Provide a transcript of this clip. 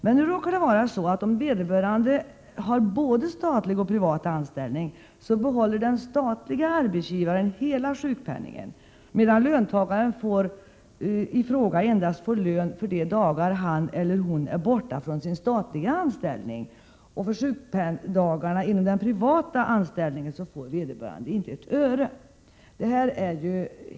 Men det råkar vara så att om vederbörande har både statlig och privat anställning, behåller den statliga arbetsgivaren hela sjukpenningen medan löntagaren i fråga får lön endast för de dagar som han eller hon är borta från sin statliga anställning. För sjukdagarna i den privata anställningen får vederbörande inte ett öre. Det är helt fel.